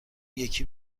یکی